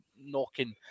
knocking